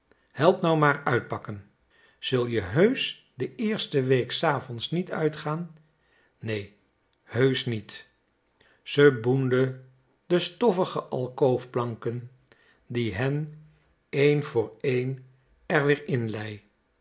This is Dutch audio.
help nou maar uitpakken jul je h e us c h de eerste week s avonds niet uitgaan nee heusch niet ze boende de stoffige alkoofplanken die hen een voor een er weer in